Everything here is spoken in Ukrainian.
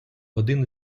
один